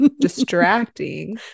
distracting